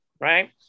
Right